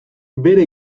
bere